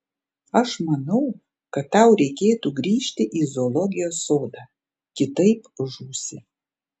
aš manau kad tau reikėtų grįžti į zoologijos sodą kitaip žūsi